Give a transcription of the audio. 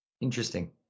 interesting